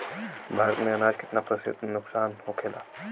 भारत में अनाज कितना प्रतिशत नुकसान होखेला?